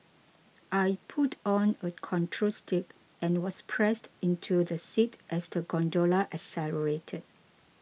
I pulled on a control stick and was pressed into the seat as the gondola accelerated